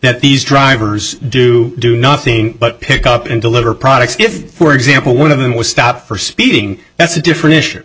that these drivers do do nothing but pick up and deliver products gifts for example one of them was stopped for speeding that's a different issue